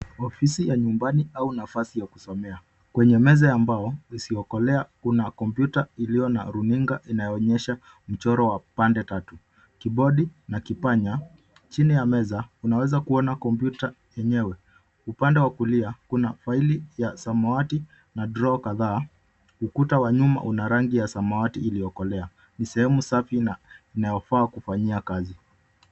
Ofisi ya nyumbani au nafasi ya kusomea. Kwenye meza ya mbao isiyokolea, kuna kompyuta ilio na runinga inayoonyesha mchoro wa pande tatu, kibodi na kipanya. Chini ya meza unaweza kuona kompyuta yenyewe. Upande wa kulia kuna faili ya samawati na drow kadhaa. Ukuta wa nyuma una rangi ya samawati iliyokolea. Ni sehemu safi na inaofaa kufanyia kazi.